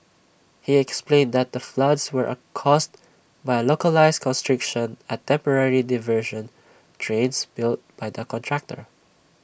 he explained that the floods were A caused by A localised constriction at temporary diversion drains built by the contractor